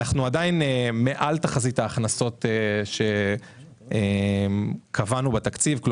אנחנו עדיין מעל תחזית ההכנסות שקבענו בתקציב כי